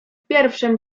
pierwszem